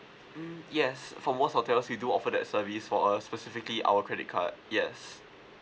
mm yes for most hotels we do offer that service for uh specifically our credit card yes